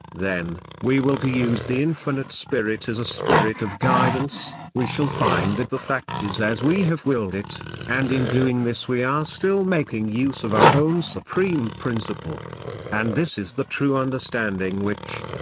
then, we will to use the infinite spirit as a spirit of guidance, we shall find that the fact is as we have willed it and in doing this we are still making use of our own supreme principle and this is the true understanding which,